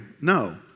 No